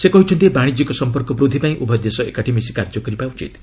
ସେ କହିଛନ୍ତି ବାଣିଜ୍ୟିକ ସମ୍ପର୍କ ବୃଦ୍ଧି ପାଇଁ ଉଭୟ ଦେଶ ଏକାଠି ମିଶି କାର୍ଯ୍ୟ କରିବା ଉଚିତ୍